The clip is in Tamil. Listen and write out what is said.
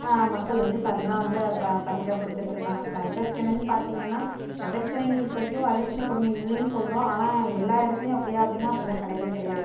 மக்கள் வந்து இப்ப அதுதான் வந்து பரிசா குடுத்துட்டிருக்காங்க வரதட்சணைனு பார்த்திங்கன்னா வரதட்சணை இப்பைக்கும் வரதட்சணை கொடுமை இல்லைனு சொல்கிறோம் ஆனால் எல்லா இடத்துலியும் அப்படியா அப்டினா அப்டிலாம் கிடையவே கிடையாது